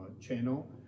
channel